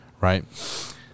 Right